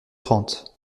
trente